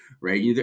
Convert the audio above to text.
right